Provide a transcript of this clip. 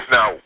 Now